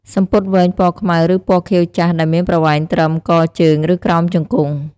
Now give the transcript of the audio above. សំពត់វែង ពណ៌ខ្មៅ ឬពណ៌ខៀវចាស់ ដែលមានប្រវែងត្រឹម កជើង ឬក្រោមជង្គង់។